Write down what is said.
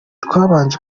twabanje